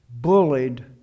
bullied